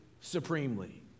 supremely